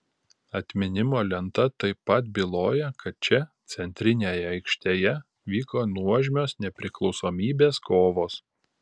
atminimo lenta taip pat byloja kad čia centrinėje aikštėje vyko nuožmios nepriklausomybės kovos